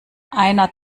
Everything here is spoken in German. einer